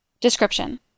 Description